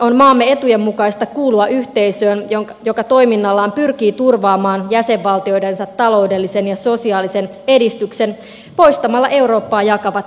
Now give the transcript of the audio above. on maamme etujen mukaista kuulua yhteisöön joka toiminnallaan pyrkii turvaamaan jäsenvaltioidensa taloudellisen ja sosiaalisen edistyksen poistamalla eurooppaa jakavat raja aidat